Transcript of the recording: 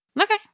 Okay